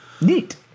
neat